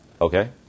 Okay